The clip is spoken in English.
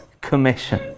Commission